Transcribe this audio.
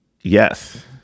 yes